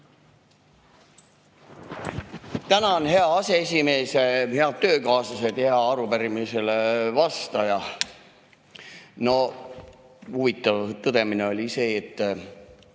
Tänan, hea aseesimees! Head töökaaslased! Hea arupärimisele vastaja! No huvitav tõdemine oli see, et